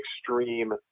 extreme